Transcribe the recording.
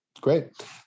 great